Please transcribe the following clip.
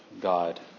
God